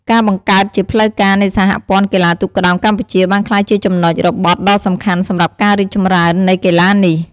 ការបង្កើតជាផ្លូវការនៃសហព័ន្ធកីឡាទូកក្ដោងកម្ពុជាបានក្លាយជាចំណុចរបត់ដ៏សំខាន់សម្រាប់ការរីកចម្រើននៃកីឡានេះ។